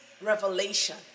revelation